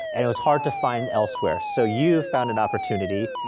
and it was hard to find elsewhere, so you found an opportunity,